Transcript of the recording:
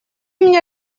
мне